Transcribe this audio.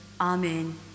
Amen